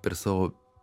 per savo